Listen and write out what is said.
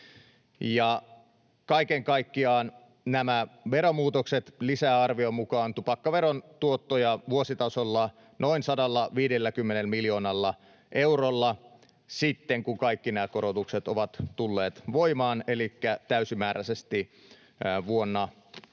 Kaiken kaikkiaan nämä veromuutokset lisäävät arvion mukaan tupakkaveron tuottoja vuositasolla noin 150 miljoonalla eurolla sitten, kun kaikki nämä korotukset ovat tulleet voimaan, elikkä täysimääräisesti vuonna 2028.